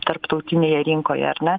tarptautinėje rinkoje ar ne